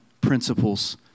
principles